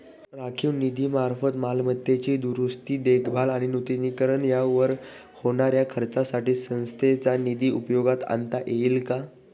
राखीव निधीमार्फत मालमत्तेची दुरुस्ती, देखभाल आणि नूतनीकरण यावर होणाऱ्या खर्चासाठी संस्थेचा निधी उपयोगात आणता येईल का?